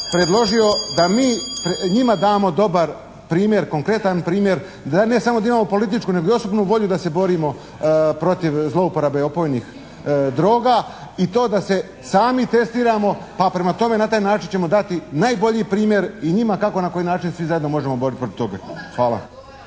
predložio da mi njima damo dobar primjer, konkretan primjer da ne samo da imamo političku nego i osobnu volju da se borimo protiv zlouporabe opojnih droga i to da se sami testiramo, pa prema tome na taj način ćemo dati najbolji primjer i njima kako i na koji način svi zajedno možemo u borbu protiv toga. Hvala.